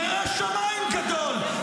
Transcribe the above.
ירא שמיים גדול,